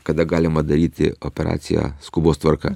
kada galima daryti operaciją skubos tvarka